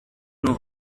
know